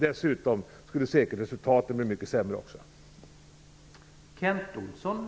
Dessutom skulle resultatet säkert bli mycket sämre.